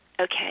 Okay